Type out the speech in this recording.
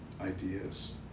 ideas